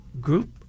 group